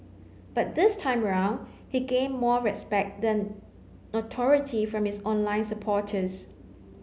but this time round he gained more respect than notoriety from his online supporters